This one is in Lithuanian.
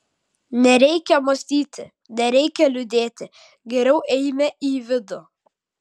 nereikia mąstyti nereikia liūdėti geriau eime į vidų